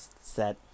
set